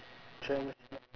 travel